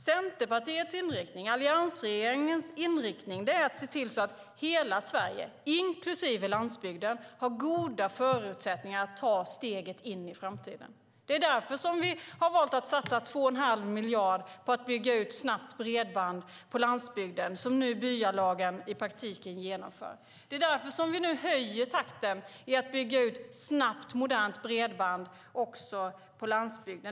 Centerpartiets och alliansregeringens inriktning är att se till att hela Sverige, inklusive landsbygden, har goda förutsättningar att ta steget in i framtiden. Det är därför som vi har valt att satsa 2 1⁄2 miljard på att bygga ut snabbt bredband på landsbygden, som nu byalagen i praktiken genomför. Det är därför som vi höjer takten i att bygga ut snabbt modernt bredband också på landsbygden.